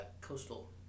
coastal